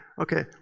okay